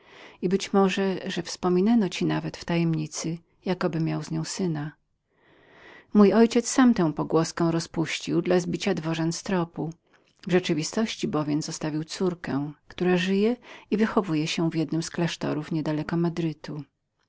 i być może że wspominano ci nawet jakoby miał z nią syna mój ojciec sam tę pogłoskę rozpuścił dla zbicia dworzan z prawdziwego toru tymczasem książe davila zostawił córkę która żyje i wychowuje się w jednym z klasztorów niedaleko madrytu